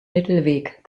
mittelweg